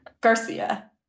Garcia